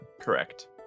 Correct